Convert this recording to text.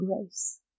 Grace